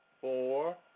four